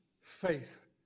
faith